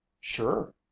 Sure